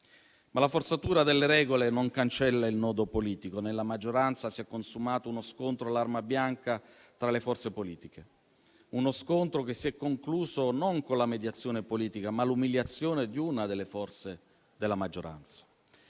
Ma la forzatura delle regole non cancella il nodo politico. Nella maggioranza si è consumato uno scontro all'arma bianca tra le forze politiche; uno scontro che si è concluso non con la mediazione politica, ma con l'umiliazione di una delle forze della maggioranza.